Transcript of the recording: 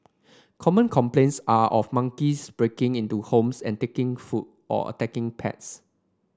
common complaints are of monkeys breaking into homes and taking food or attacking pets